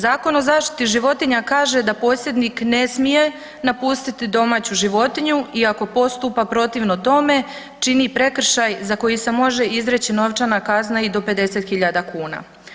Zakon o zaštiti životinja kaže da posjednik ne smije napustiti domaću životinju i ako postupa protivno tome, čini prekršaj za koji se može izreći novčana kazna i do 50 hiljada kuna.